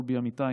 דובי אמיתי,